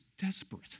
desperate